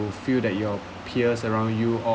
feel that your peers around you all